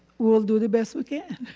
we'll do the best we can.